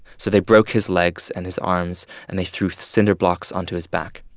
so they broke his legs and his arms, and they threw cinder blocks onto his back.